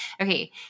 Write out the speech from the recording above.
Okay